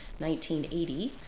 1980